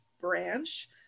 branch